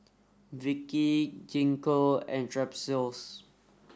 Vichy Gingko and Strepsils